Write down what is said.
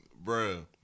Bro